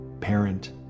parent